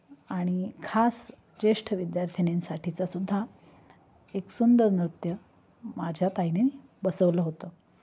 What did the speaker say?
आणि खास ज्येष्ठ विद्यार्थीनींसाठीचासुद्धा एक सुंदर नृत्य माझ्या ताईने बसवलं होतं